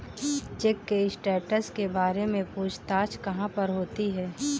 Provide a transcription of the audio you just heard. Check के status के बारे में पूछताछ कहाँ पर होती है?